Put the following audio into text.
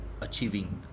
achieving